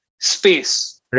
space